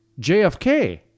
JFK